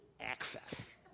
Access